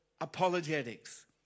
apologetics